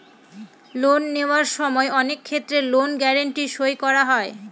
loan নেওয়ার সময় অনেক ক্ষেত্রে লোন গ্যারান্টি সই করা হয়